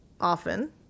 often